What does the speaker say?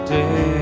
day